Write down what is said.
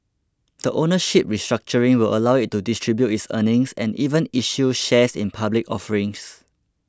the ownership restructuring will allow it to distribute its earnings and even issue shares in public offerings